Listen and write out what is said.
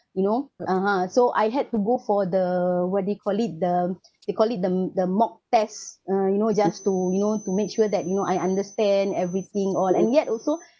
you know (uh huh) so I had to go for the what do you call it the they call it the the mock test uh you know just to you know to make sure that you know I understand everything all and yet also